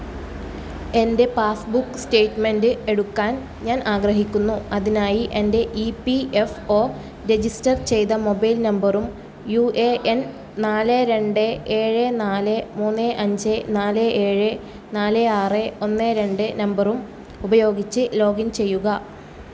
എന്റെ passbook statement എടുക്കാൻ ഞാൻ ആഗ്രഹിക്കുന്നു അതിനായി എന്റെ E P F O register ചെയ്ത മൊബൈൽ നമ്പറും യു എ എൻ നാല് രണ്ട് ഏഴ് നാല് മൂന്ന് അഞ്ച് നാല് ഏഴ് നാല് ആറ് ഒന്ന് രണ്ട് നമ്പറും ഉപയോഗിച്ച് ലോഗിൻ ചെയ്യുക